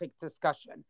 discussion